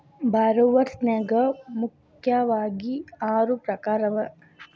ಭಾರೊವರ್ಸ್ ನ್ಯಾಗ ಮುಖ್ಯಾವಗಿ ಆರು ಪ್ರಕಾರವ